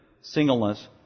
singleness